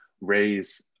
raise